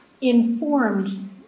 informed